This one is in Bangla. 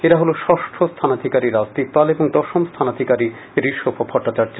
এরা হল ষষ্ঠ স্হানাধিকারি রাজদীপ পাল ও দশম স্হানাধিকারি ঋষভ ভট্টাচার্য